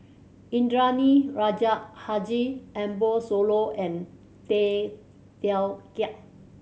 Indranee Rajah Haji Ambo Sooloh and Tay Teow Kiat